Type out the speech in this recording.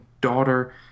daughter